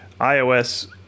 iOS